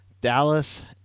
Dallas